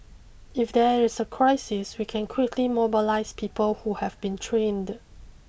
if there is a crisis we can quickly mobilise people who have been trained